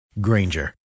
Granger